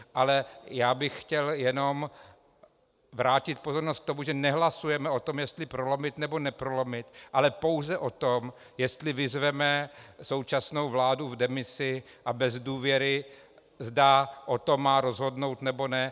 Ale já bych chtěl jenom vrátit pozornost k tomu, že nehlasujeme o tom, jestli prolomit, nebo neprolomit, ale pouze o tom, jestli vyzveme současnou vládu v demisi a bez důvěry, zda o tom má rozhodnout, nebo ne.